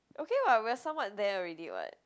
okay [what] we are somewhat there already [what]